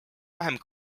vähem